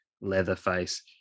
Leatherface